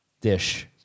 dish